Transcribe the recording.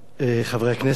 תודה רבה, חברי הכנסת,